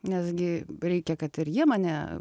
nes gi reikia kad ir jie mane